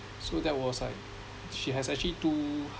so that was like she has actually two